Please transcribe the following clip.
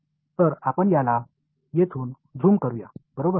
तर आपण याला येथून झूम करुया बरोबर